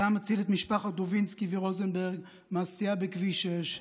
זה היה מציל את משפחת דודינסקי ורוזנברג מהסטייה בכביש 6,